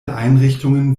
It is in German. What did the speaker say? einrichtungen